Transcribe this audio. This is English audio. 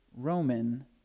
Roman